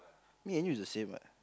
me and you is the same what